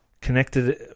connected